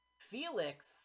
Felix